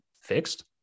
fixed